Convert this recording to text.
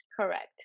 Correct